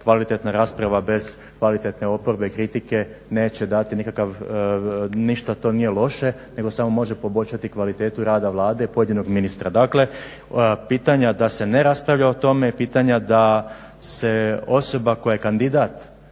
kvalitetna rasprava bez kvalitetne oporbe i kritike neće dati nikakav ništa to nije loše nego samo može poboljšati kvalitetu rada vlade i pojedinog ministra. Dakle pitanja da se ne raspravlja o tome i pitanja da se osoba koja je kandidat